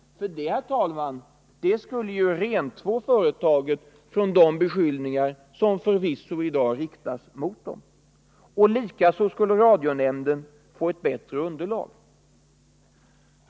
Det skulle ju, herr talman, rentvå företaget från de beskyllningar som i dag förvisso riktas mot det. Likaså skulle radionämnden få ett bättre underlag för sitt arbete.